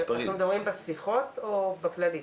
בשיחות או בכללי?